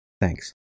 Thanks